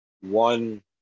one